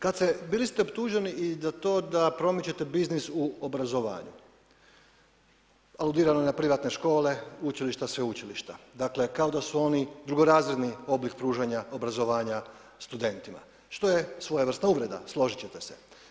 Kad ste, bili ste optuženi i za to da promičete biznis i u obrazovanju, aludirano na privatne škole, učilišta, sveučilišta, dakle, kao da su oni drugorazredni oblik pružanja obrazovanja studentima, što je svojevrsna uvreda, složiti ćete se.